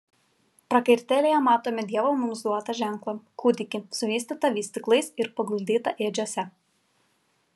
prakartėlėje matome dievo mums duotą ženklą kūdikį suvystytą vystyklais ir paguldytą ėdžiose